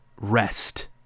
rest